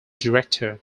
director